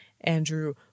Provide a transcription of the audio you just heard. Andrew